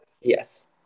Yes